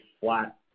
flat